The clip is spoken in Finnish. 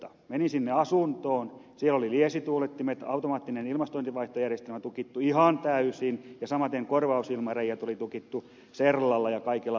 menin sinne asuntoon siellä oli liesituulettimet automaattinen ilmastointijärjestelmä oli tukittu ihan täysin ja samaten korvausilmareiät oli tukittu serlalla ja kaikella paperilla